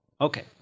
Okay